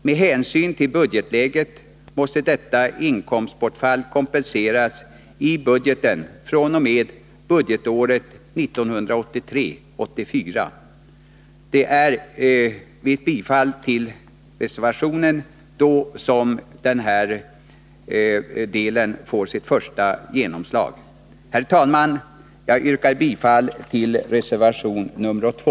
Med hänsyn till budgetläget måste detta inkomstbortfall kompenseras i budgeten fr.o.m. budgetåret 1983/84, då det vid ett bifall till reservationen får sitt första genomslag. Herr talman! Jag yrkar bifall till reservation 2.